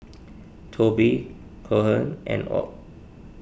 Toby Cohen and Ott